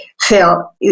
Phil